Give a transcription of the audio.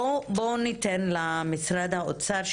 בואו ניתן למשרד האוצר,